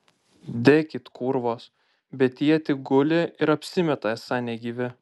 dekit kūrvos bet tie tik guli ir apsimeta esą negyvi